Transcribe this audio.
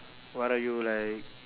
what are you like